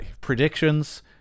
predictions